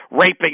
raping